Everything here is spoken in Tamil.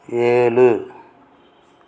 ஏழு